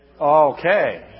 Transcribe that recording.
Okay